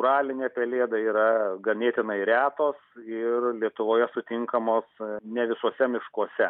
uralinė pelėda yra ganėtinai retos ir lietuvoje sutinkamos ne visuose miškuose